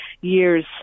years